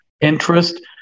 interest